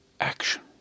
Action